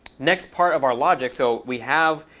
next part of our logic so we have,